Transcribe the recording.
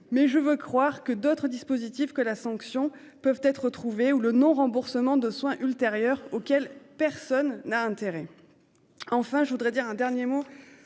Mais je veux croire que d'autres dispositifs que la sanction peuvent être retrouvés ou le non-, remboursement de soins ultérieurs auquel personne n'a intérêt. Enfin je voudrais dire un dernier mot